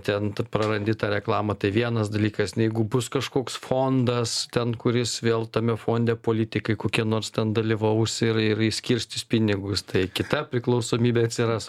ten tu prarandi tą reklamą tai vienas dalykas jeigu bus kažkoks fondas ten kuris vėl tame fonde politikai kokie nors ten dalyvaus ir ir išskirstys pinigus tai kita priklausomybė atsiras